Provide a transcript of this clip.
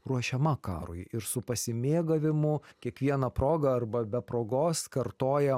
ruošiama karui ir su pasimėgavimu kiekviena proga arba be progos kartoja